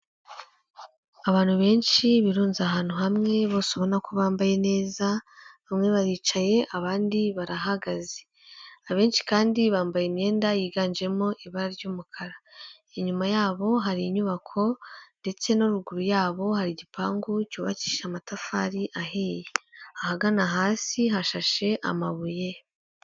Abantu benshi birunze ahantu hamwe, bose ubona ko bambaye neza, bamwe baricaye abandi barahagaze, abenshi kandi bambaye imyenda yiganjemo ibara ry'umukara, inyuma yabo hari inyubako ndetse no ruguru yabo hari igipangu cyubakishije amatafari ahiye, ahagana hasi hashashe amabuye.